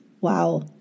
Wow